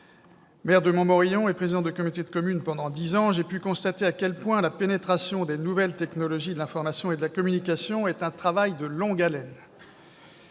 maire de Montmorillon et président de communauté de communes pendant dix ans, j'ai pu constater à quel point la pénétration des nouvelles technologies de l'information et de la communication est un travail de longue haleine.